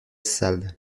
sales